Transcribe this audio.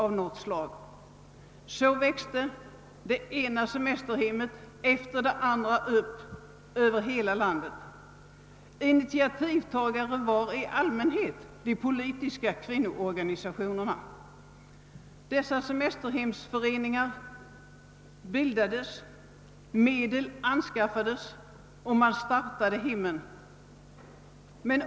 Så växte det ena semeshemmet efter det andra upp över hela landet. Initiativtagare var i allmänhet de politiska kvinnoorganisationerna. Semesterhemsföreningar bildades, medel anskaffades och man startade hemmen.